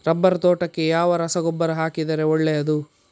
Rubber ತೋಟಕ್ಕೆ ಯಾವ ರಸಗೊಬ್ಬರ ಹಾಕಿದರೆ ಒಳ್ಳೆಯದು?